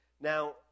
Now